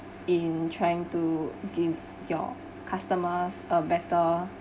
in trying to give your customers a better